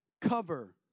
cover